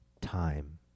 time